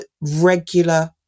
regular